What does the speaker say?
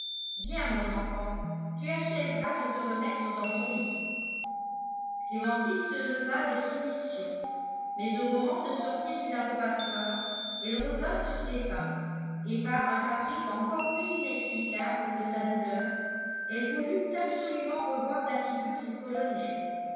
viens mon enfant tu achèveras de te remettre dans ton lit clémentine se leva avec soumission mais au moment de sortir du laboratoire elle revint sur ses pas et par un caprice encore plus inexplicable que sa douleur elle voulut absolument revoir la figure du colonel